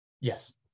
Yes